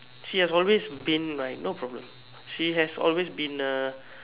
she has always been my no problem she has always been uh